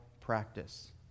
practice